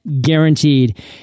guaranteed